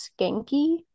Skanky